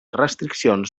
restriccions